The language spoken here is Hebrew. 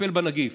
לטפל בנגיף.